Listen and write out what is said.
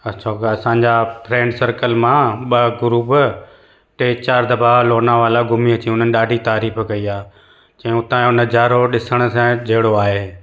अ छोकी असांजा friend circle मां ॿ ग्रुप टे चारि दफ़ा लोनावाला घुमी अची हुननि ॾाढी तारीफ़ कई आहे चयूं हुतां जो नज़ारो ॾिसणआसांजे जहिड़ो आहे